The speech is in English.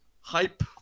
hype